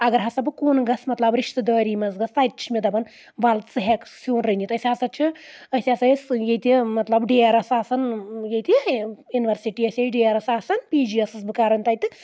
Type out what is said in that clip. اگر ہسا بہٕ کُن گژھ مطلب رِشتہٕ دٲری منٛز گژھِ تَتہِ چھِ مےٚ دَپان وَل ژٕ ہؠکہٕ سیُن رٔنِتھ أسۍ ہسا چھِ أسۍ ہسا ٲسۍ ییٚتہِ مطلب ڈیرَس آسان ییٚتہِ یوٗنیورسٹی ٲسۍ ڈیرَس آسان پی جی ٲسٕس بہٕ کَران تَتہِ